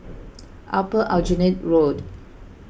Upper Aljunied Road